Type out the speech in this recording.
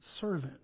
servant